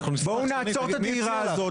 בואו נעצור את הדהירה הזאת,